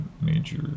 major